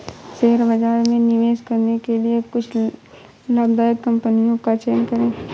share बाजार में निवेश करने के लिए कुछ लाभदायक कंपनियों का चयन करें